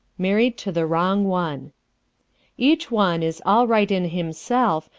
married to the wrong one each one is all right in himself,